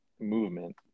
movement